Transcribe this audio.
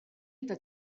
eta